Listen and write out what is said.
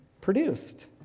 produced